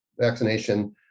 vaccination